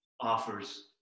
offers